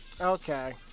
Okay